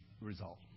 result